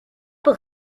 pour